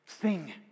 sing